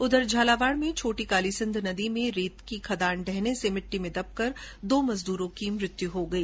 उधर झालावाड में छोटी कालीसिंध नदी में रेती की खदान ढहने से मिटटी में दबकर दो मजदूरों की मौत हो गई